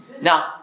Now